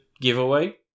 giveaway